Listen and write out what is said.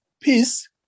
peace